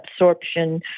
absorption